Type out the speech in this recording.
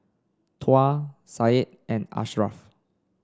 Tuah Said and Ashraff